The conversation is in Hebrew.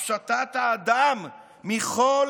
הפשטת האדם מכל